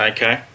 Okay